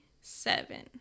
seven